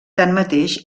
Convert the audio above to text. tanmateix